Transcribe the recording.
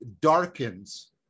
darkens